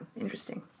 Interesting